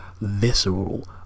visceral